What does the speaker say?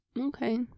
Okay